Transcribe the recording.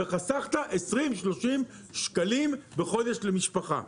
וחסכת 20-30 שקלים בחודש למשפחה.